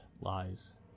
lies